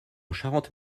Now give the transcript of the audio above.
charente